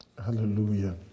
Hallelujah